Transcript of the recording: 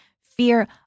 Fear